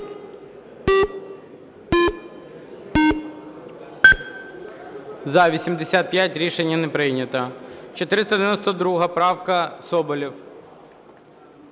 За-87 Рішення не прийнято. 497 правка, Соболєв.